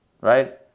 right